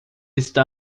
está